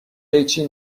قیچی